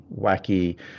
wacky